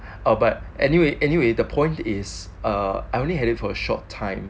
uh but anyway anyway the point is err I only headed for a short time